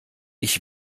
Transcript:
ich